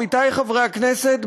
עמיתי חברי הכנסת,